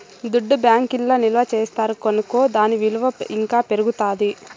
దుడ్డు బ్యాంకీల్ల నిల్వ చేస్తారు కనుకో దాని ఇలువ ఇంకా పెరుగుతాది